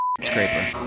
scraper